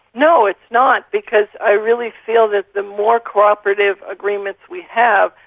no, it's not because i really feel that the more cooperative agreements we have,